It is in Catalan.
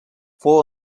fou